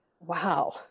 wow